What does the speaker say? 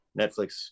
netflix